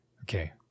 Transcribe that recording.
okay